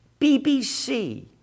BBC